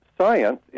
science